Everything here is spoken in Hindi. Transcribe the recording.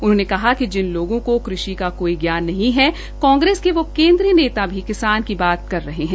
उनहोंने कहा कि जिन लोगों को कृषि का कोई ज्ञान नहीं है कांग्रेस के वो केन्द्रीय नेता भी किसान की बात कर रहे है